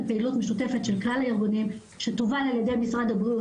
פעילות משותפת של כלל הארגונים שתובל על ידי משרד הבריאות